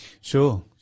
Sure